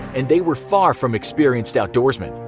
and they were far from experienced outdoorsman.